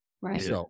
right